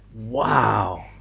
Wow